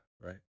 right